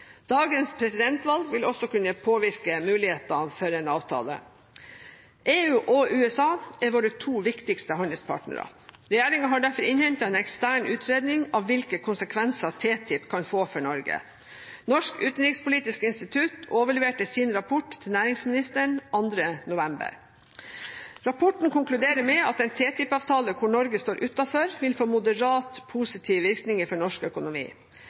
Dagens presidentvalg vil også kunne påvirke mulighetene for en avtale. EU og USA er våre to viktigste handelspartnere. Regjeringen har derfor innhentet en ekstern utredning av hvilke konsekvenser TTIP kan få for Norge. Norsk utenrikspolitisk institutt overleverte sin rapport til næringsministeren 2. november. Rapporten konkluderer med at en TTIP-avtale hvor Norge står utenfor, vil få moderate positive virkninger for norsk økonomi.